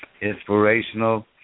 inspirational